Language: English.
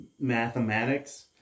mathematics